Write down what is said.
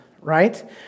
right